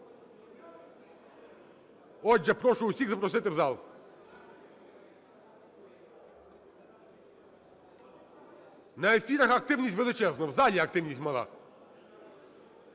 Отже, прошу усіх запросити в зал. На ефірах активність величезна – в залі активність мала.